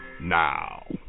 now